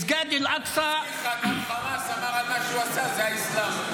מסגד אל אקצא --- אני מזכיר לך שגם חמאס אמר שמה שהוא עשה זה האסלאם.